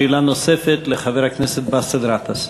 שאלה נוספת לחבר הכנסת באסל גטאס.